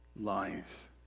lies